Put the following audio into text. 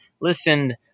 listened